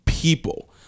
people